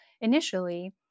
initially